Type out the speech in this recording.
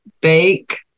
bake